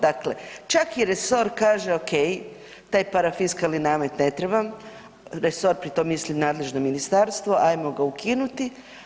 Dakle, čak i resor kaže okej, taj parafiskalni namet ne trebam, resor pri tom misli na nadležno ministarstvo, ajmo ga ukinuti.